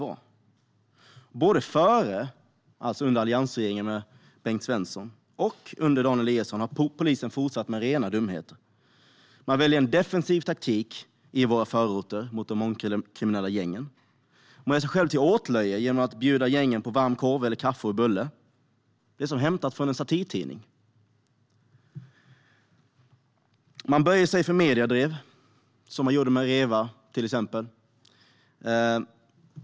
Både under Bengt Svenson, under alliansregeringens tid, och under Dan Eliasson har polisen fortsatt med rena dumheter. Man väljer en defensiv taktik mot de mångkriminella gängen i våra förorter. Man gör sig själv till åtlöje genom att bjuda gängen på varm korv eller kaffe och bulle. Det är som hämtat ur en satirtidning. Man böjer sig för mediedrev. Så gjorde man till exempel med REVA.